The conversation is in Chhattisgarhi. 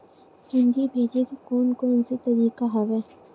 पूंजी भेजे के कोन कोन से तरीका हवय?